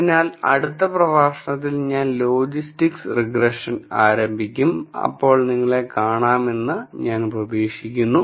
അതിനാൽ അടുത്ത പ്രഭാഷണത്തിൽ ഞാൻ ലോജിസ്റ്റിക് റിഗ്രഷൻ ആരംഭിക്കും അപ്പോൾ നിങ്ങളെ കാണാമെന്ന് ഞാൻ പ്രതീക്ഷിക്കുന്നു